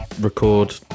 record